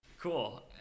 Cool